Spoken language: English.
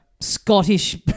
Scottish